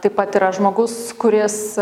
taip pat yra žmogus kuris